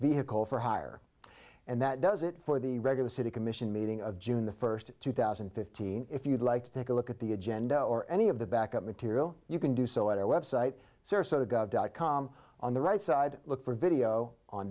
vehicle for hire and that does it for the regular city commission meeting of june the first two thousand and fifteen if you'd like to take a look at the agenda or any of the back up material you can do so at our website sarasota gov dot com on the right side look for video on